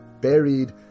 buried